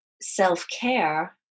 self-care